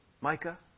Micah